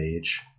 age